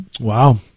Wow